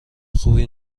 خوبی